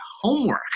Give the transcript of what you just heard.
homework